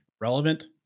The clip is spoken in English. relevant